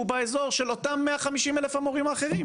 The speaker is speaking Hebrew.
באזור של אותם 150,000 המורים האחרים,